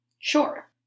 Sure